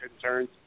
concerns